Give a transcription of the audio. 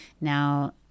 now